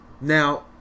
Now